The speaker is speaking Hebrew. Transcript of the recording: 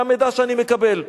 מהמידע שאני מקבל.